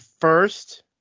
first